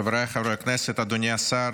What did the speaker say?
חבריי חברי הכנסת, אדוני השר,